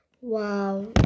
wow